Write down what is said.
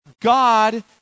God